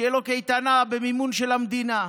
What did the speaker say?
שתהיה לו קייטנה במימון של המדינה.